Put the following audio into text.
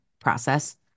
process